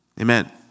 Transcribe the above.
Amen